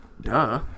duh